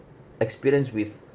experience with